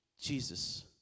Jesus